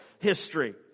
history